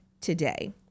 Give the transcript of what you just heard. today